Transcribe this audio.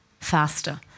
faster